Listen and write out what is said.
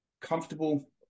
Comfortable